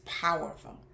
powerful